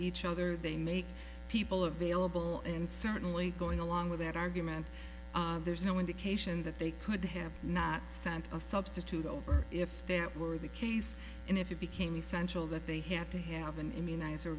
each other they make people available and certainly going along with that argument there's no indication that they could have not sent a substitute over if there were the case and if it became essential that they have to have an immunize are